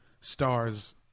stars